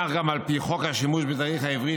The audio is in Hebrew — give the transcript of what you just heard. כך גם על פי חוק השימוש בתאריך העברי,